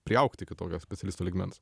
priaugti iki tokio specialisto lygmens